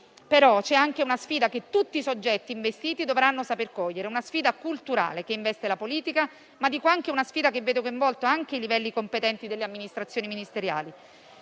però, c'è anche una sfida che tutti i soggetti investiti dovranno saper cogliere; una sfida culturale che investe la politica, ma che vede coinvolti anche i livelli competenti delle amministrazioni ministeriali.